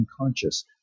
unconscious